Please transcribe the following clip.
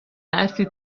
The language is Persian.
حرفی